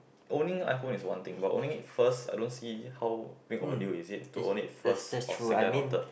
owning iPhone is one thing but owning it first I don't see how big of the deal is it to owning it first second or third